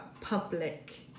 public